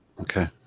Okay